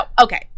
okay